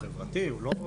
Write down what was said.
כמה חברות אתן?